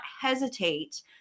hesitate